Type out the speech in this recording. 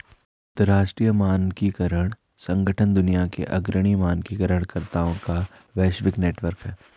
अंतर्राष्ट्रीय मानकीकरण संगठन दुनिया के अग्रणी मानकीकरण कर्ताओं का वैश्विक नेटवर्क है